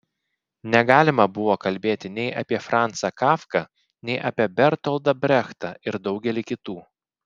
negalima buvo kalbėti nei apie franzą kafką nei apie bertoldą brechtą ir daugelį kitų